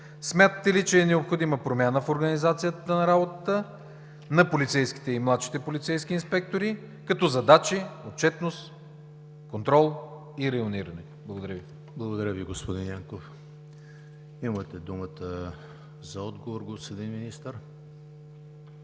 Смятате ли, че е необходима промяна в организацията на работата на полицейските и младшите полицейски инспектори, като задачи, отчетност, контрол и райониране? ПРЕДСЕДАТЕЛ ЕМИЛ ХРИСТОВ: Благодаря, господин Янков. Имате думата за отговор, господин Министър.